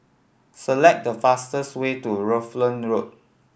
select the fastest way to Rutland Road